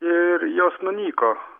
ir jos nunyko